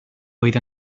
oedd